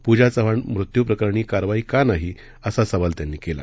पूजा चव्हाण मृत्यूप्रकरणी कारवाई का नाही असा सवाल त्यांनी केला